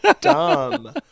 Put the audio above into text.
Dumb